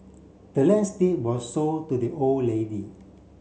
the land's deed was sold to the old lady